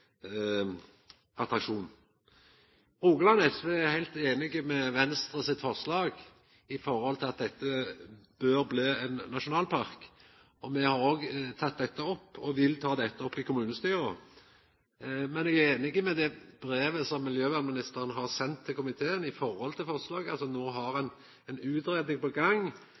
fantastiske attraksjonen. Rogaland SV er heilt einig i Venstres forslag om at dette bør bli ein nasjonalpark. Me har òg teke dette opp og vil ta det opp i kommunestyret. Men eg er einig i det brevet som miljøvernministeren har sendt til komiteen om forslaget. No har ein ei utgreiing på gang,